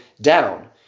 down